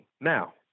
Now